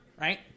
right